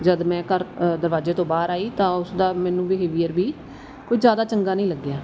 ਜਦ ਮੈਂ ਘਰ ਦਰਵਾਜ਼ੇ ਤੋਂ ਬਾਹਰ ਆਈ ਤਾਂ ਉਸਦਾ ਮੈਨੂੰ ਬਿਹੇਵੀਅਰ ਵੀ ਕੋਈ ਜ਼ਿਆਦਾ ਚੰਗਾ ਨਹੀਂ ਲੱਗਿਆ